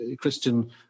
Christian